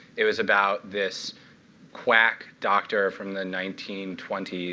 it was about this quack doctor from the nineteen twenty s.